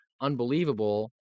unbelievable